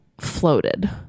floated